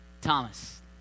Thomas